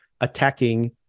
attacking